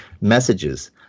messages